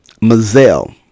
mazel